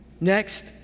Next